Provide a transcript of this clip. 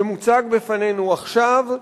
שמוצג בפנינו עכשיו,